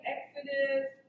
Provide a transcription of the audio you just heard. Exodus